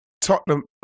Tottenham